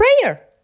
prayer